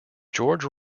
george